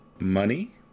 Money